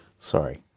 Sorry